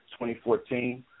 2014